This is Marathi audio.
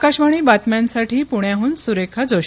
आकाशवाणी बातम्यांसाठी पुण्याहून सुरेखा जोशी